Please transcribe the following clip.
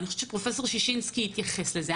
אני חושבת שפרופ' ששינסקי התייחס לזה.